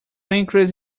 increase